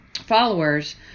followers